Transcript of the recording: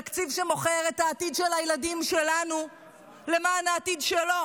תקציב שמוכר את העתיד של הילדים שלנו למען העתיד שלו.